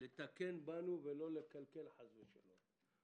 באנו לתקן ולא לקלקל חס ושלום.